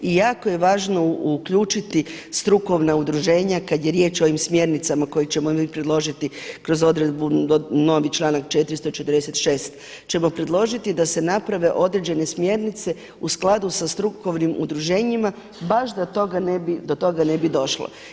I jako je važno uključiti strukovna udruženja kad je riječ o ovim smjernicama koje ćemo mi predložiti kroz odredbu novi članak 400. i 46. ćemo predložiti da se naprave određene smjernice u skladu sa strukovnim udruženjima baš da do toga ne bi došlo.